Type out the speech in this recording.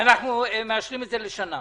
אנחנו מאשרים את זה לשנה.